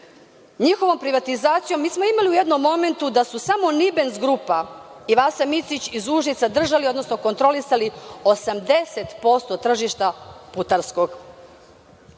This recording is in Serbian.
njihovom privatizacijom mi smo imali u jednom momentu da je samo „Nibens grupa“ i Vasa Micić iz Užica držali, odnosno kontrolisali 80% tržišta putarskog. Naravno,